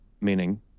Meaning